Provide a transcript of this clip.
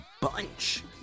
bunch